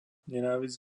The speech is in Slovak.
nenávisť